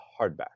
hardback